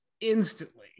instantly